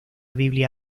biblia